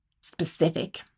specific